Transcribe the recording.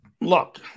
look